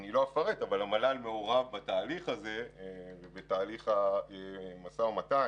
לא אפרט, אבל המהלך מעורב בתהליך המשא ומתן